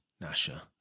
Nasha